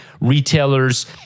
retailers